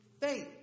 faith